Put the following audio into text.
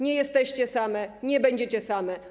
Nie jesteście same, nie będziecie same.